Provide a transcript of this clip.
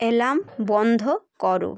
alarm বন্ধ করো